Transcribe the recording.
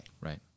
Right